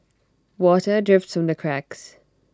water drips from the cracks